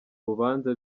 rubanza